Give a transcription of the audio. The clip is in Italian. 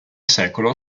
secolo